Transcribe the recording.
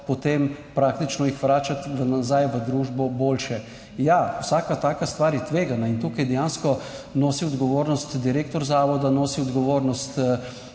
potem praktično jih vračati nazaj v družbo, boljše. Ja, vsaka taka stvar je tvegana in tukaj dejansko nosi odgovornost direktor zavoda, nosi odgovornost,